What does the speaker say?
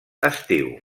estiu